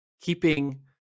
keeping